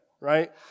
right